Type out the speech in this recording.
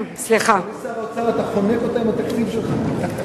אדוני שר האוצר, אתה חונק אותה עם התקציב שלך.